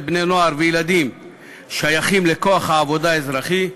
בני-נוער וילדים שייכים לכוח העבודה האזרחי,